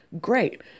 Great